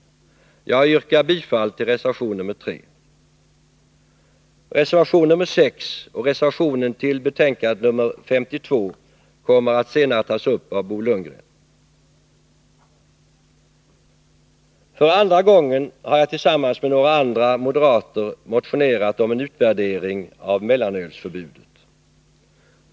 Jag yrkar bifall till reservation nr 3. Reservation nr 6 och reservationen till skatteutskottets betänkande nr 52 kommer senare att tas upp av Bo Lundgren. För andra gången har jag tillsammans med några andra moderater motionerat om en utvärdering av mellanölsförbudet.